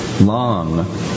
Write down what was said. long